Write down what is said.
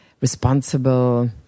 responsible